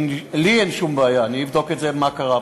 לי אין שום בעיה, אני אבדוק מה קרה פה.